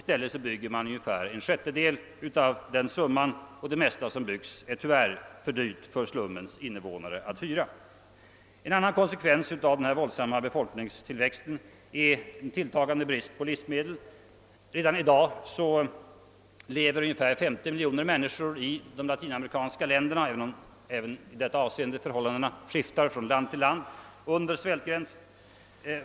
Men det byggs endast ungefär en sjättedel härav och det mesta som byggs är tyvärr för dyrt att hyra för slummens invånare. En annan konsekvens av den våldsamma befolkningstillväxten är en tilltagande brist på livsmedel. Redan i dag lever ungefär 50 miljoner människor i de latinamerikanska länderna under svältgränsen, även om också i detta avseende förhållandena skiftar från land till land.